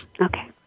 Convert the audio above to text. Okay